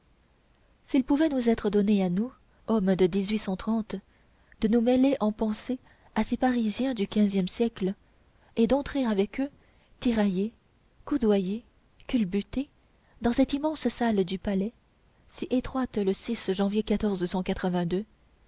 s'il pouvait nous être donné à nous hommes de de nous mêler en pensée à ces parisiens du quinzième siècle et d'entrer avec eux tiraillés coudoyés culbutés dans cette immense salle du palais si étroite le janvier